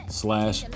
slash